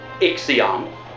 Ixion